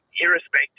irrespective